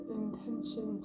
intention